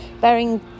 bearing